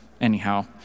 anyhow